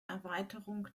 erweiterung